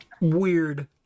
Weird